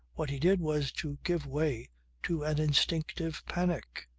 what he did was to give way to an instinctive panic.